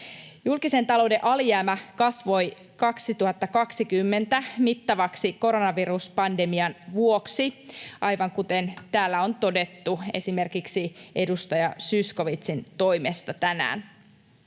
Julkisen talouden alijäämä kasvoi 2020 mittavaksi koronaviruspandemian vuoksi, aivan kuten täällä on todettu esimerkiksi edustaja Zyskowiczin toimesta tänään.